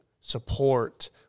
support